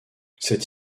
cette